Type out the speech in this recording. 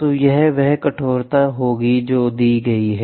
तो यह वह कठोरता होगी जो दी गई है